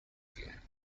here